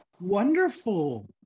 wonderful